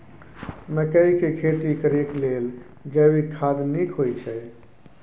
मकई के खेती करेक लेल जैविक खाद नीक होयछै?